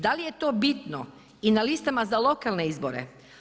Da li je to bitno i na listama za lokalne izbore?